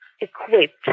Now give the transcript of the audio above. equipped